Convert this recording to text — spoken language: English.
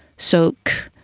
silk,